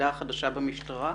החדשה במשטרה.